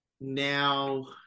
Now